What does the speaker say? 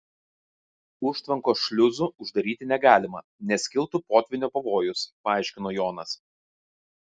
užtvankos šliuzų uždaryti negalima nes kiltų potvynio pavojus paaiškino jonas